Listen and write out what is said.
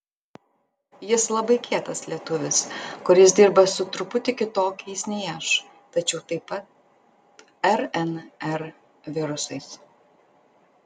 jis labai kietas lietuvis kuris dirba su truputį kitokiais nei aš tačiau taip pat rnr virusais